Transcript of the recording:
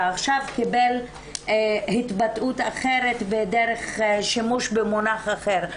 ועכשיו קיבל התבטאות אחרת דרך שימוש במונח אחר.